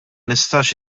nistax